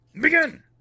begin